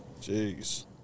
Jeez